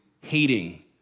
hating